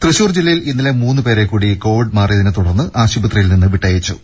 തൃശൂർ ജില്ലയിൽ ഇന്നലെ മൂന്നുപേരെക്കൂടി കോവിഡ് മാറിയതിനെത്തുടർന്ന് ആശുപത്രിയിൽനിന്ന് വിട്ടയച്ചു